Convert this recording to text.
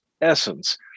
essence